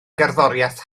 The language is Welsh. gerddoriaeth